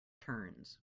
turns